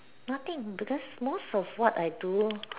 nothing because most of what I do